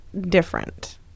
different